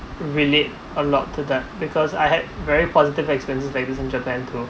relate a lot to them because I had very positive experiences travel in japan tour